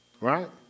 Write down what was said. Right